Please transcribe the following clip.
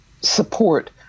support